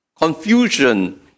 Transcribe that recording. confusion